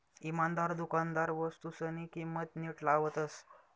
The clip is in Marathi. इमानदार दुकानदार वस्तूसनी किंमत नीट लावतस